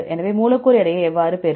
எனவே மூலக்கூறு எடையை எவ்வாறு பெறுவது